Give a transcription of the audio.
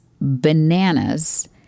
bananas